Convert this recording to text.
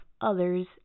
others